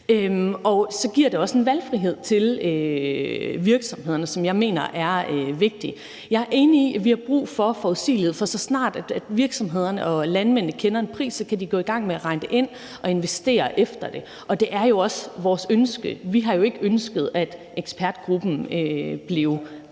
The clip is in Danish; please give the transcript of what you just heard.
så giver det også en valgfrihed for virksomhederne, som jeg mener er vigtig. Jeg er enig i, at vi har brug for forudsigelighed, for så snart virksomhederne og landmændene kender prisen, kan de gå i gang med at regne det ind og investere efter det. Det er jo også vores ønske. Vi har jo ikke ønsket, at ekspertgruppen blev